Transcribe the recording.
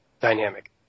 dynamic